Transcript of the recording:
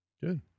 Good